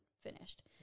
finished